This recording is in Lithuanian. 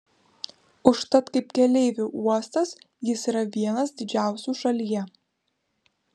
užtat kaip keleivių uostas jis yra vienas didžiausių šalyje